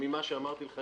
ממה שאמרתי לך,